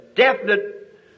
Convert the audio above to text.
Definite